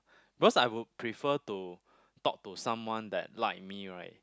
because I would prefer to talk to someone that like me right